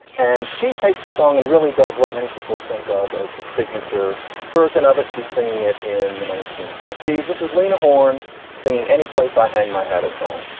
and she takes the song and really does what many people think of as the signature version of it. she's singing it in the nineteen fifty s. this is lena horne singing any place i hang, my hat is home.